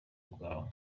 bwawe